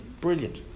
brilliant